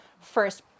first